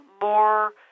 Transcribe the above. more